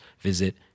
visit